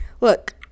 Look